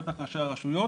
בטח ראשי הרשויות